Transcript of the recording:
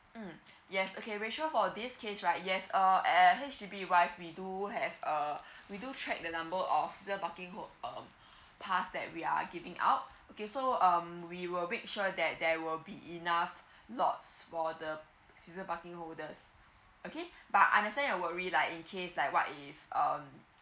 mm yes okay rachel for this case right yes uh at H_D_B wise we do have uh we do check the number of season parking holders mm pass that we are giving out okay so um we will make sure that there will be enough lots for the season parking holders okay but understand your worry like in case like what if um